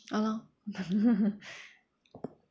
ha loh